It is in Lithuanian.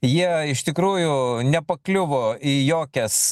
jie iš tikrųjų nepakliuvo į jokias